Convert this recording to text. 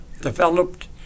developed